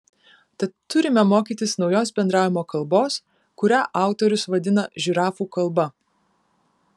tad turime mokytis naujos bendravimo kalbos kurią autorius vadina žirafų kalba